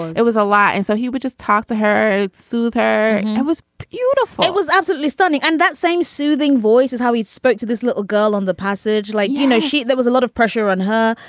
it was a lot. and so he would just talk to her, soothe her. it was beautiful it was absolutely stunning. and that same soothing voice is how he spoke to this little girl on the passage. like, you know, she was a lot of pressure on her.